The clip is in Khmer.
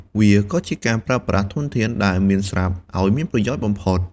វាក៏ជាការប្រើប្រាស់ធនធានដែលមានស្រាប់ឱ្យមានប្រយោជន៍បំផុត។